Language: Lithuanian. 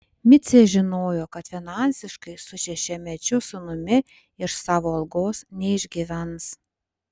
micė žinojo kad finansiškai su šešiamečiu sūnumi iš savo algos neišgyvens